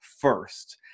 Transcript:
first